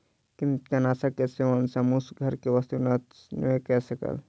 कृंतकनाशक के सेवन सॅ मूस घर के वस्तु नष्ट नै कय सकल